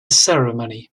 ceremony